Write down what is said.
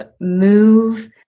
move